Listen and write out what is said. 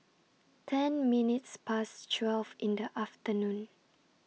ten minutes Past twelve in The afternoon